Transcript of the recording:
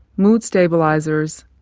mood stabilisers,